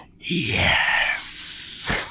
Yes